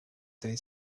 day